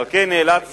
על כן נאלצתי,